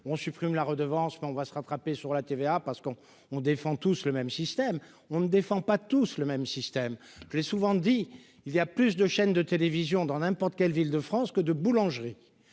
l'on supprime la redevance, mais que l'on va se rattraper sur la TVA parce que tous défendraient le même système ... Nous ne défendons pas tous le même système ! Je l'ai souvent rappelé, il y a plus de chaînes de télévision dans n'importe quelle ville de France que de boulangeries.